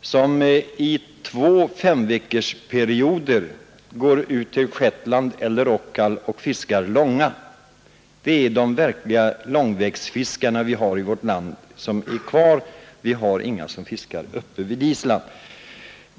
som i två femveckorsperioder går ut till Shetland eller Rockall och fiskar långa. Det är de verkliga långvägsfiskare vi har kvar i vårt land: vi har inga som fiskar upp vid Island.